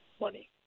money